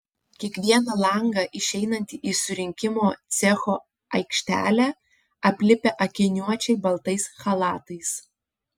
kiekvieną langą išeinantį į surinkimo cecho aikštelę aplipę akiniuočiai baltais chalatais